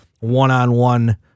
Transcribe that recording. one-on-one